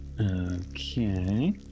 Okay